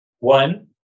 One